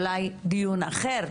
אולי דיון אחר,